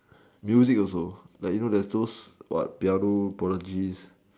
music also like you know like what piano prolog